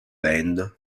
band